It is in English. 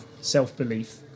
self-belief